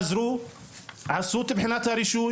הסטודנטים האלה חזרו ועשו את בחינת הרישוי